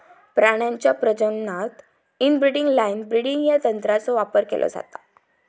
प्राण्यांच्या प्रजननात inbreeding line breeding या तंत्राचो वापर केलो जाता